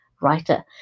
writer